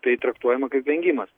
tai traktuojama kaip vengimas